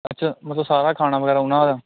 ਅੱਛਾ ਮਤਲਬ ਸਾਰਾ ਖਾਣਾ ਵਗੈਰਾ ਉਹਨਾਂ ਦਾ